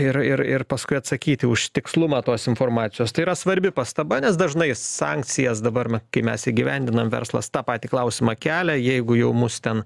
ir ir ir paskui atsakyti už tikslumą tos informacijos tai yra svarbi pastaba nes dažnai sankcijas dabar na kai mes įgyvendinam verslas tą patį klausimą kelia jeigu jau mus ten